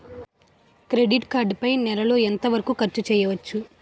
Credit card పై నెల లో ఎంత వరకూ ఖర్చు చేయవచ్చు?